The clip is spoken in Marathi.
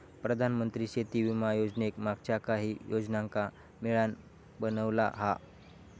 प्रधानमंत्री शेती विमा योजनेक मागच्या काहि योजनांका मिळान बनवला हा